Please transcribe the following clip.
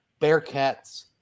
Bearcats